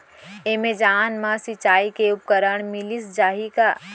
Amazon मा सिंचाई के उपकरण मिलिस जाही का?